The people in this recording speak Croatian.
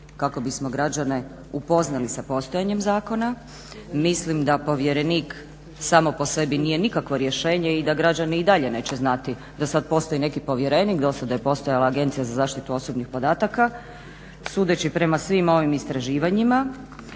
kako bi smo građane upoznali sa postojanjem zakona. Mislim da povjerenik samo po sebi nije nikakvo rješenje i da građani i dalje neće znati da sad postoji neki povjerenik, dosada je postojala Agencija za zaštitu osobnih podataka. Sudeći prema svim ovim istraživanjima